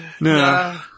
Nah